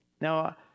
Now